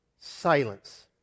Silence